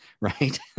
right